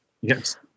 Yes